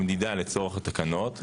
המדידה לצורך התקנות.